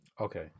Okay